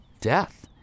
death